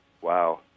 Wow